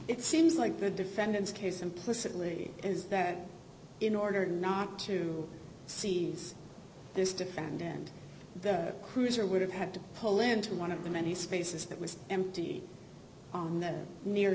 it seems like the defendant's case implicitly is that in order not to seize this defendant that cruiser would have had to pull into one of the many spaces that was emptied on that near